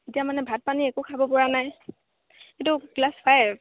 এতিয়া মানে ভাত পানী একো খাব পৰা নাই সিটো ক্লাছ ফাইভ